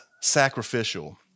sacrificial